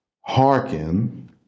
hearken